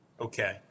Okay